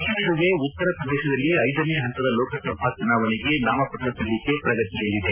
ಈ ನಡುವೆ ಉತ್ತರ ಪ್ರದೇಶದಲ್ಲಿ ಐದನೇ ಹಂತದ ಲೋಕಸಭಾ ಚುನಾವಣೆಗೆ ನಾಮಪುತ್ರ ಸಲ್ಲಿಕೆ ಪ್ರಗತಿಯಲ್ಲಿದೆ